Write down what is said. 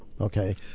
okay